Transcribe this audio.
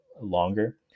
longer